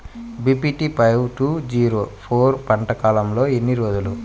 BPT five two zero four పంట కాలంలో ఎన్ని రోజులు?